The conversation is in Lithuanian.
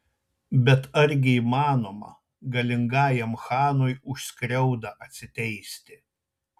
bet argi įmanoma galingajam chanui už skriaudą atsiteisti